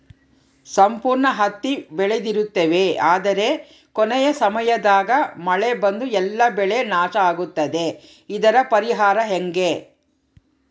ಸಂಪೂರ್ಣ ಹತ್ತಿ ಬೆಳೆದಿರುತ್ತೇವೆ ಆದರೆ ಕೊನೆಯ ಸಮಯದಾಗ ಮಳೆ ಬಂದು ಎಲ್ಲಾ ಬೆಳೆ ನಾಶ ಆಗುತ್ತದೆ ಇದರ ಪರಿಹಾರ ಹೆಂಗೆ?